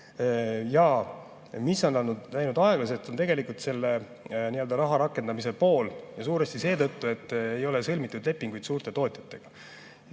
Ja mis on läinud aeglaselt, see on tegelikult selle raha rakendamise pool, ja suuresti seetõttu, et ei ole sõlmitud lepinguid suurte tootjatega.